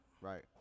Right